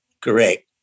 correct